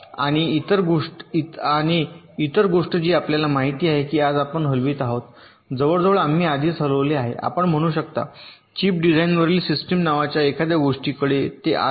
आणि इतर गोष्ट जी आपल्याला माहिती आहे की आज आपण हलवित आहोत जवळजवळ आम्ही आधीच हलवले आहे आपण म्हणू शकता चिप डिझाईन्सवरील सिस्टम नावाच्या एखाद्या गोष्टीकडे ते आज नाही